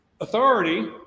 authority